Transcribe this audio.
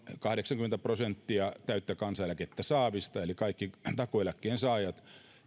kahdeksankymmentä prosenttia täyttä kansaneläkettä saavista eli kaikki takuueläkkeen saajat